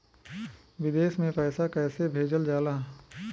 विदेश में पैसा कैसे भेजल जाला?